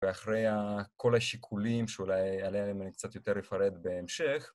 ואחרי כל השיקולים, שאולי עליהם אני קצת יותר אפרט בהמשך,